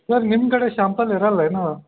sir ನಿಮ್ಮ ಕಡೆ sample ಇರಲ್ಲ ಏನು